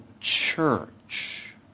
church